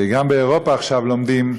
גם באירופה עכשיו לומדים,